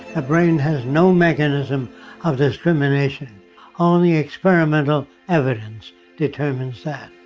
ah brain has no mechanism of discrimination only experimental evidence determines that.